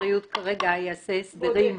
הבריאות כרגע יעשה הסדרים --- בודק.